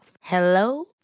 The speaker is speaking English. Hello